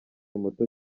muto